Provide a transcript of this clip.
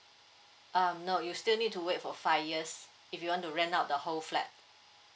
um no you still need to wait for five years if you want to rent out the whole flat